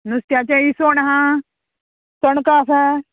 नुस्त्याचें इसवण आहा चणकां आसा